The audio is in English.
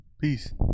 Peace